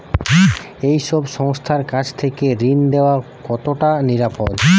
এই সব সংস্থার কাছ থেকে ঋণ নেওয়া কতটা নিরাপদ?